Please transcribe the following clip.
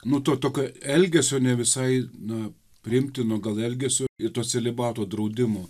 nu to tokio elgesio ne visai na priimtino gal elgesio ir to celibato draudimo